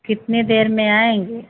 कितनी देर में आएँगे